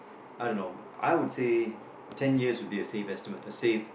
I don't know I would say ten years would be a safe estimate a safe